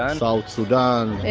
ah south sudan,